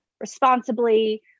responsibly